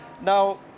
Now